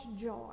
joy